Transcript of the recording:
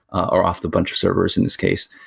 or off the bunch of servers in this case,